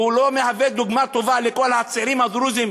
והוא לא משמש דוגמה טובה לכל הצעירים הדרוזים,